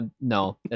no